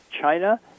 China